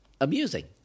amusing